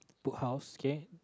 Book House K